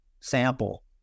sample